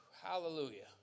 Hallelujah